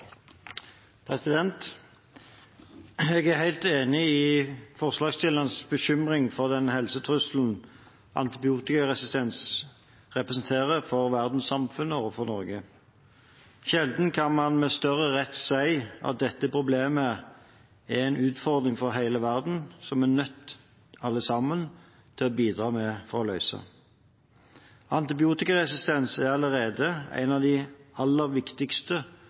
Jeg er helt enig i forslagsstillernes bekymring for den helsetrusselen antibiotikaresistens representerer for verdenssamfunnet og for Norge. Sjelden kan man med større rett si at dette problemet er en utfordring for hele verden, og vi er alle sammen nødt til å bidra for å løse dette. Antibiotikaresistens er allerede en av de aller viktigste